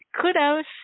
kudos